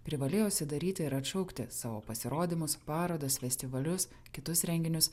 privalėjo užsidaryti ir atšaukti savo pasirodymus parodas festivalius kitus renginius